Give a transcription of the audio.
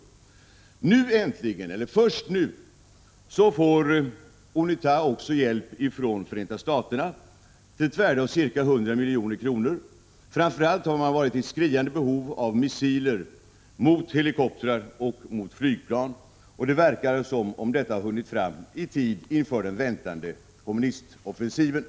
Först nu får UNITA också hjälp av Förenta — Prot. 1985/86:117 Staterna, till ett värde av ca 100 milj.kr. Framför allt har man varit i skriande 16 april 1986 behov av missiler mot helikoptrar och mot flygplan. Det verkar som om dessa vapen har hunnit fram i tid inför den väntade kommunistoffensiven.